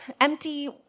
empty